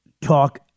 talk